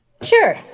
Sure